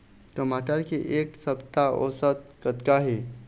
टमाटर के एक सप्ता औसत कतका हे?